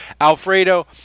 Alfredo